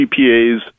GPAs